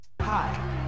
Hi